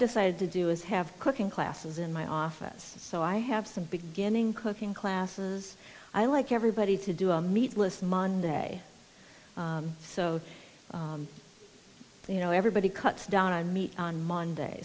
decided to do is have cooking classes in my office so i have some beginning cooking classes i like everybody to do a meatless monday so you know everybody cuts down i meet on monday